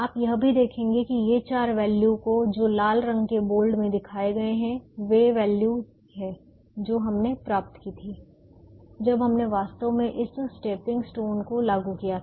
आप यह भी देखेंगे कि ये चार वैल्यू को जो लाल रंग के बोल्ड में दिखाए गए हैं वे वैल्यू हैं जो हमने प्राप्त की थी जब हमने वास्तव में इस स्टेपिंग स्टोन को लागू किया था